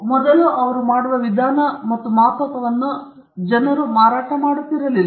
ಮೊದಲು ಅವರು ಮಾಡುವ ವಿಧಾನ ಅಥವಾ ಮಾಪಕವನ್ನು ಜನರು ಮಾರಾಟ ಮಾಡುತ್ತಿರಲಿಲ್ಲ